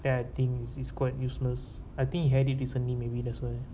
then I think it's it's quite useless I think he had it recently maybe that's why